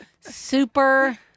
super